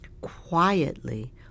quietly